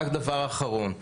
רק דבר אחרון.